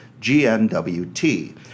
GNWT